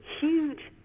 huge